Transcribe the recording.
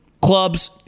clubs